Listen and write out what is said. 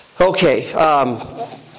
Okay